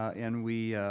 and we